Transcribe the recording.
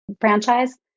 franchise